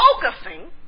focusing